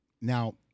now